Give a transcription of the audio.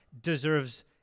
deserves